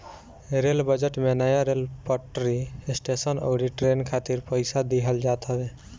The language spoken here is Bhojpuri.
रेल बजट में नया रेल पटरी, स्टेशन अउरी ट्रेन खातिर पईसा देहल जात हवे